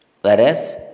Whereas